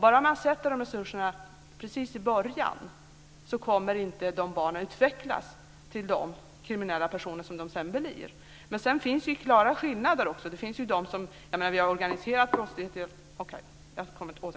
Bara man sätter in resurserna precis i början kommer inte de här barnen att utvecklas till de kriminella personer som de sedan blir. Sedan finns det också klara skillnader. Jag återkommer till det.